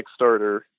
Kickstarter